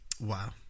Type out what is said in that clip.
Wow